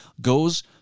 goes